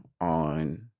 on